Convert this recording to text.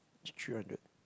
th~ three hundred